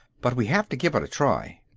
but we have to give it a try.